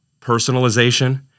personalization